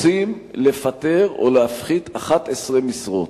רוצים לפטר או להפחית 11 משרות,